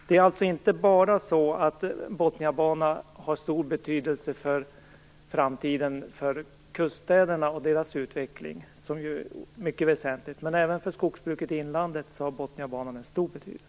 Det är alltså inte bara så att Botniabanan har stor betydelse för framtiden i kuststäderna och för deras utveckling, som är mycket väsentlig, utan även för skogsbruket i inlandet har Botniabanan stor betydelse.